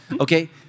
Okay